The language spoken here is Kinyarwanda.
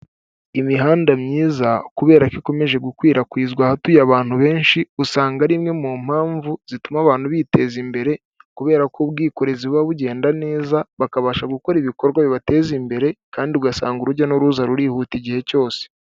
Imihanda myiza kubera ko ikomeje gukwirakwizwa ahatuye abantu benshi, usanga ari imwe mu mpamvu zituma abantu biteza imbere, kubera ko ubwikorezi buba bugenda neza bakabasha gukora ibikorwa bibateza imbere, kandi ugasanga urujya n'uruza rurihuta igihe cyose.